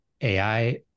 AI